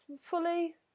fully